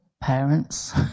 parents